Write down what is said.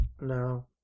no